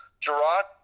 Gerard